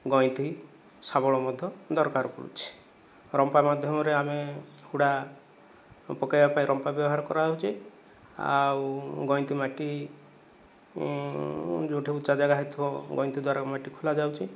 ଗଇଁତି ସାବଳ ମଧ୍ୟ ଦରକାର ପଡ଼ୁଛି ରମ୍ପା ମାଧ୍ୟମରେ ଆମେ ହୁଡ଼ା ପକାଇବା ପାଇଁ ରମ୍ପା ବ୍ୟବହାର କରାହେଉଛି ଆଉ ଗଇଁତି ମାଟି ଯେଉଁଠି ଉଚ୍ଚ ଜାଗା ହୋଇଥିବ ଗଇଁତି ଦ୍ୱାରା ମାଟି ଖୋଳା ଯାଉଛି